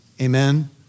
Amen